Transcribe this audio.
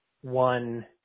one